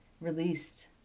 released